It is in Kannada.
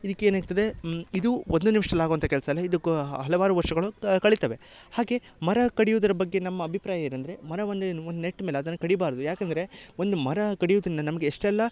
ಇದಕ್ಕೆ ಏನಾಗ್ತದೆ ಇದು ಒಂದು ನಿಮ್ಷದಲ್ಲಿ ಆಗುವಂಥ ಕೆಲಸ ಅಲ್ಲ ಇದುಕೊ ಹಲವಾರು ವರ್ಷಗಳು ತ ಕಳಿತವೆ ಹಾಗೆ ಮರ ಕಡಿಯುದ್ರ ಬಗ್ಗೆ ನಮ್ಮ ಅಭಿಪ್ರಾಯ ಏನಂದರೆ ಮರವನ್ನ ಏನು ಒಂದು ನೆಟ್ಟ ಮೇಲೆ ಅದನ್ನ ಕಡಿಬಾರದು ಯಾಕಂದರೆ ಒಂದು ಮರ ಕಡಿಯುದರಿಂದ ನಮಗೆ ಎಷ್ಟೆಲ್ಲ